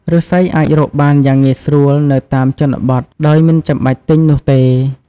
ឬស្សីអាចរកបានយ៉ាងងាយស្រួលនៅតាមជនបទដោយមិនចាំបាច់ទិញនោះទេ។